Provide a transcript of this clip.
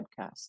podcast